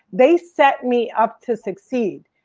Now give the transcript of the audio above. they set me up to succeed.